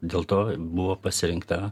dėl to buvo pasirinkta